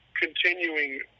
continuing